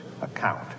account